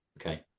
Okay